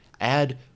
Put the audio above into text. add